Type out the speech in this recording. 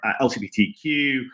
lgbtq